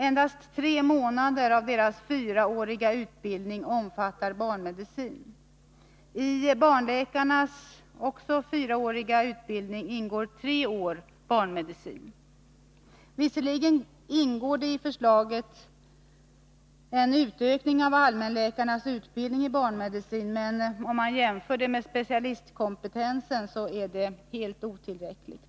Endast tre månader av deras fyraåriga utbildning omfattar barnmedicin. Barnläkarnas likaså fyraåriga utbildning omfattar tre års studier i barnmedicin. Visserligen ingår det i förslaget en utökning av allmänläkarnas utbildning i barnmedicin, men jämfört med specialistkompetensen är detta helt otillräckligt.